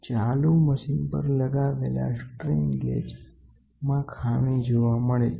ચાલુ મશીન પર લગાવેલા સ્ટ્રેન ગેજ મા ખામી જોવા મળે છે